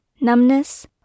numbness